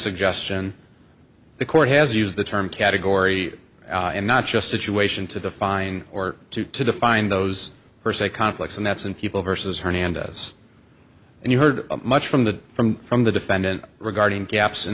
suggestion the court has used the term category and not just situation to define or to to define those or say conflicts and that's in people versus hernandez and you heard much from the from from the defendant regarding gaps in